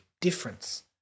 difference